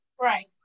right